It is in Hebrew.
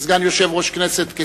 כסגן יושב-ראש הכנסת,